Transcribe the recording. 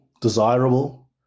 desirable